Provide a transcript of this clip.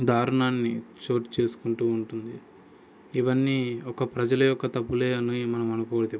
దారుణాన్ని చోటు చేస్కుంటూ ఉంటుంది ఇవన్నీ ఒక్క ప్రజల యొక్క తప్పులే అని మనం అనకూడదు ఎప్పుడు